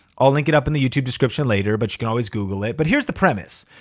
i'll link it up in the youtube description later, but you can always google it. but here's the premise.